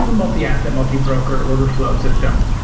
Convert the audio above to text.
multi-asset, multi-broker order flow system,